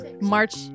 march